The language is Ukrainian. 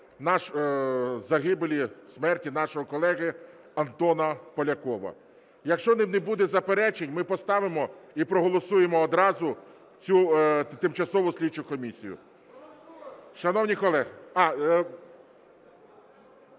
загибелі (смерті) нашого колеги Антона Полякова. Якщо не буде заперечень, ми поставимо і проголосуємо одразу цю тимчасову слідчу комісію. Шановні колеги,